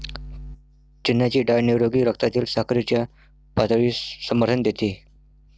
चण्याची डाळ निरोगी रक्तातील साखरेच्या पातळीस समर्थन देते